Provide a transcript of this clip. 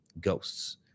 ghosts